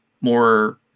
more